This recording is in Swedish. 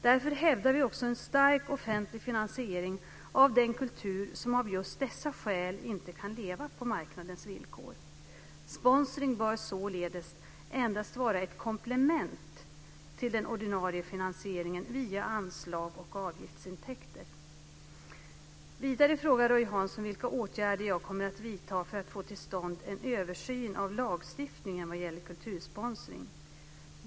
Därför hävdar vi också en stark offentlig finansiering av den kultur som av just dessa skäl inte kan leva på marknadens villkor. Sponsring bör således endast vara ett komplement till den ordinarie finansieringen via anslag och avgiftsintäkter. Vidare frågar Roy Hansson vilka åtgärder jag kommer att vidta för att få till stånd en översyn av lagstiftningen vad gäller kultursponsring.